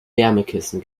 wärmekissen